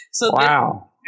Wow